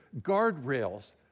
guardrails